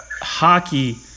Hockey